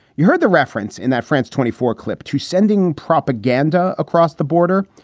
you heard the reference in that france twenty four clip to sending propaganda across the border,